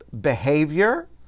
behavior